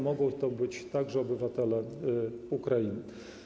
Mogą to być także obywatele Ukrainy.